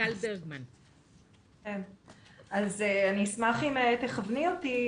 אני אשמח אם תכווני אותי,